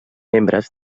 membres